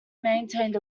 maintained